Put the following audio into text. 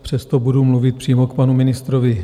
Přesto budu mluvit přímo k panu ministrovi.